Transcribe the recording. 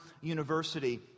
University